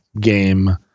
game